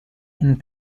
and